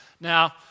Now